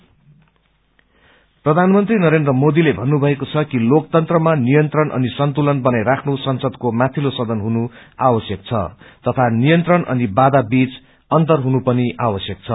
democracy प्रधानमंत्री नरेन्द्र मोदीले भन्नुभएको छ कि लोकतन्त्रमा निायंत्रण अनि सन्तुलन बनाई राख्न संसदको माथिल्लो सदन हुने आवश्यक छ तथा नियंत्रण अनि बाधा बीच अन्तर हुने पनि आवश्यक छ